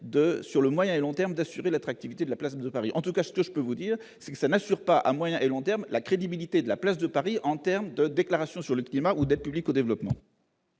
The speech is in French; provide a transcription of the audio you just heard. sur le moyen et long terme, d'assurer l'attractivité de la place de Paris, en tout cas ce que je peux vous dire, c'est que ça n'assure pas à moyen et long terme, la crédibilité de la place de Paris en terme de déclarations sur le climat ou des publique au développement.